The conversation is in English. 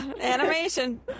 animation